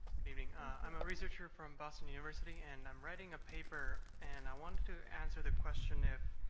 good evening. i'm a researcher from boston university, and i'm writing a paper, and i wanted to answer the question if,